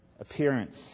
appearance